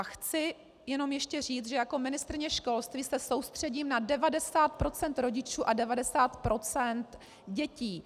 Chci jenom ještě říct, že jako ministryně školství se soustředím na 90 % rodičů a 90 % dětí.